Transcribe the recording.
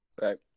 right